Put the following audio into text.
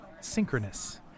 synchronous